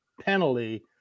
penalty